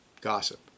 Gossip